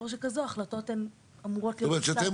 ההחלטות אמורות --- זאת אומרת שאתם